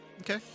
Okay